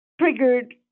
triggered